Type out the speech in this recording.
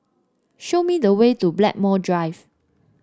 show me the way to Blackmore Drive